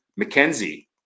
McKenzie